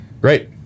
great